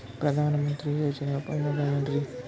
ಪ್ರಧಾನಮಂತ್ರಿ ಯೋಜನೆ ಉಪಯೋಗ ಏನ್ರೀ?